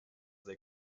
they